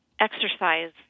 exercise